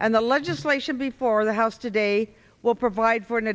and the legislation before the house today will provide for an